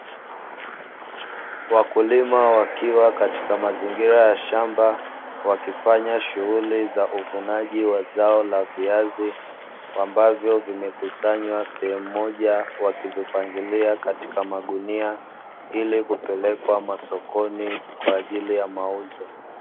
Wakulima wakiwa katika mazingira ya shamba, wakifanya shughuli za uvunaji wa zao la viazi, ambavyo vimekusanywa sehemu moja wakivipangilia katika magunia. Ili kupelekwa masokoni kwaajili ya mauzo.